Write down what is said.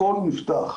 הכול נפתח,